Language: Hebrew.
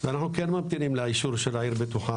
אנחנו כן ממתינים לאישור של "עיר בטוחה",